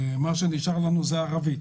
מה שנשאר לנו זה ערבית.